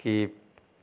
skip